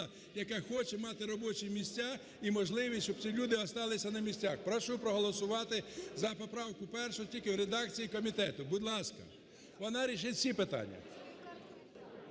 яка хоче мати робочі місця і можливість, щоб ці люди осталися на місцях. Прошу проголосувати за поправку першу тільки в редакції комітету. Будь ласка вона рішить всі питання.